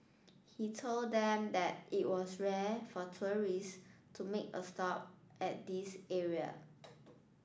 he told them that it was rare for tourists to make a stop at this area